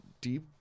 deep